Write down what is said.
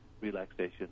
relaxation